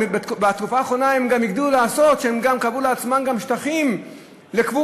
בתקופה האחרונה הם הגדילו לעשות והם גם קבעו לעצמם שטחים לקבורה,